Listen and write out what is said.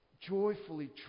joyfully